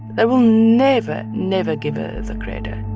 they will never, never give her the credit